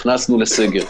הכנסנו לסגר.